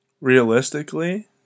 Realistically